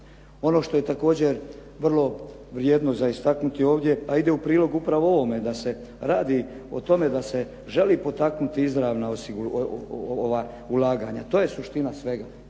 Ono što je također vrlo vrijedno za istaknuti ovdje, a ide u prilog upravo ovome da se radi o tome da se želi potaknuti izravna ulaganja. To je suština svega.